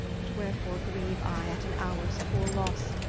but wherefore greeue i at an houres poore losse,